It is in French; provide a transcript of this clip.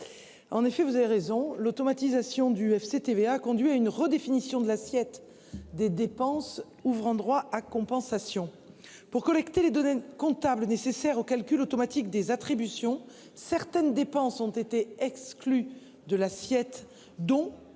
Mizzon, vous avez raison, l'automatisation du FCTVA conduit à une redéfinition de l'assiette des dépenses ouvrant droit à compensation. Dans la collecte des données comptables nécessaires au calcul automatique des attributions, certaines dépenses ont été exclues de l'assiette.